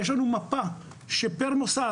יש לנו מפה שהיא פר מוסד,